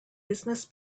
business